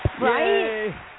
Right